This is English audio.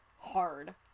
hard